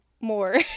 more